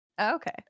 Okay